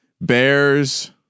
Bears